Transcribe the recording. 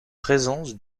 présence